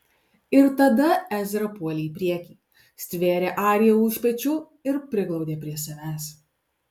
ir tada ezra puolė į priekį stvėrė ariją už pečių ir priglaudė prie savęs